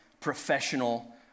professional